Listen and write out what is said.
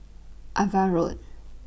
AVA Road